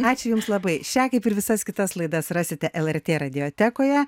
ačiū jums labai šią kaip ir visas kitas laidas rasite lrt radiotekoje